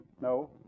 No